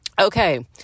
Okay